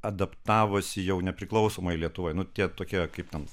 adaptavosi jau nepriklausomoj lietuvoj nu tie tokie kaip ten